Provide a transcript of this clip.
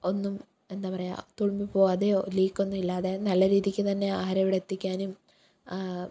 ഒന്നും എന്താ പറയുക തുളുമ്പി പോകാതെയോ ലീക്കൊന്നും ഇല്ലാതെ നല്ല രീതിക്കു തന്നെ ആഹാരം ഇവിടെ എത്തിക്കാനും